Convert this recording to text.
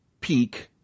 Peak